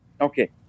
Okay